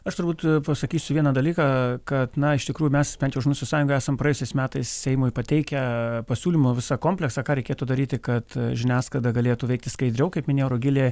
aš turbūt pasakysiu vieną dalyką kad na iš tikrųjų mes bent už mūsų sąjungą esam praėjusiais metais seimui pateikę pasiūlymų visą kompleksą ką reikėtų daryti kad žiniasklaida galėtų veikti skaidriau kaip minėjo rugilė